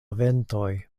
ventoj